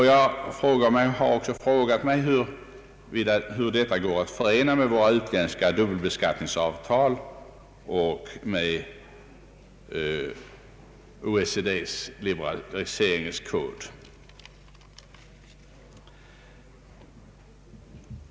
Jag ställer frågan: Hur går det att förena de föreslagna bestämmelserna med våra utländska dubbelbeskattningsavtal och med OECD:s liberaliseringskod?